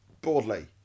broadly